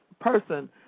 person